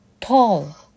tall